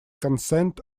consent